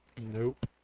Nope